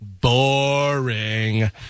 Boring